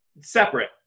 separate